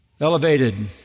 elevated